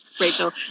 Rachel